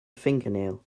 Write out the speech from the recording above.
fingernail